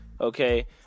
Okay